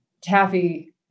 Taffy